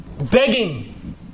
begging